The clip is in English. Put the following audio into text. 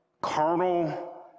carnal